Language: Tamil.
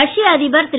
ரஷ்ய அதிபர் திரு